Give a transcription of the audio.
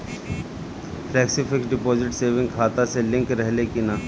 Flexi fix deposit saving खाता से link रहले कि ना?